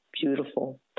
beautiful